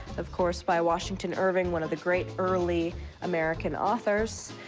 of course, by washington irving, one of the great early american authors.